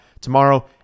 tomorrow